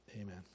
Amen